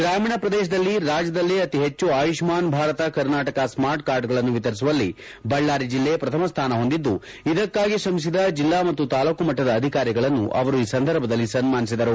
ಗ್ರಾಮೀಣ ಪ್ರದೇಶದಲ್ಲಿ ರಾಜ್ಯದಲ್ಲೇ ಅತೀ ಹೆಚ್ಚು ಆಯುಷ್ಮಾನ್ ಭಾರತ ಕರ್ನಾಟಕ ಸ್ಮಾರ್ಟ್ ಕಾರ್ಡುಗಳನ್ನು ವಿತರಿಸುವಲ್ಲಿ ಬಳ್ಳಾರಿ ಜಿಲ್ಲೆ ಪ್ರಥಮ ಸ್ವಾನ ಹೊಂದಿದ್ದು ಇದಕ್ಕಾಗಿ ಶ್ರಮಿಸಿದ ಜಿಲ್ಲಾ ಮತ್ತು ತಾಲೂಕು ಮಟ್ಟದ ಅಧಿಕಾರಿಗಳನ್ನು ಅವರು ಈ ಸಂದರ್ಭದಲ್ಲಿ ಸನ್ಮಾನಿಸಿದರು